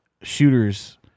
shooters